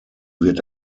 wird